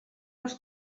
les